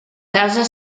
casa